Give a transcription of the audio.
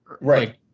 Right